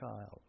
child